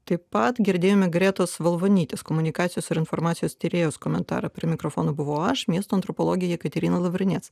taip pat girdėjome gretos volvunytės komunikacijos ir informacijos tyrėjos komentarą prie mikrofono buvau aš miesto antropologė jekaterina